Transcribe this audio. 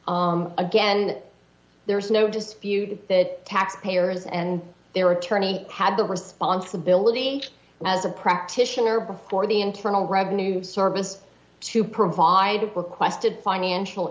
beef again there is no dispute that taxpayers and their attorney had the responsibility as a practitioner before the internal revenue service to provide requested financial